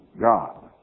God